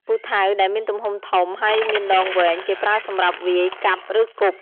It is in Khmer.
ពូថៅ ដែលមានទំហំធំ ហើយមានដងវែង គេប្រើសម្រាប់វាយ កាប់ ឬគប់។